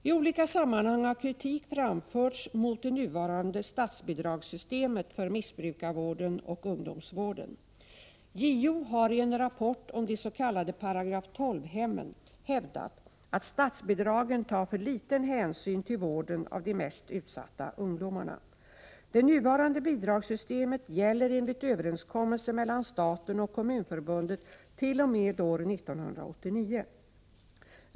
I olika sammanhang har kritik framförts mot det nuvarande statsbidragssystemet för missbrukarvården och ungdomsvården. JO har i en rapport om de s.k. § 12-hemmen hävdat att statsbidragen tar för liten hänsyn till vården av de mest utsatta ungdomarna. Det nuvarande bidragssystemet gäller enligt överenskommelse mellan staten och kommunförbunden t.o.m. år 1989.